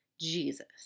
Jesus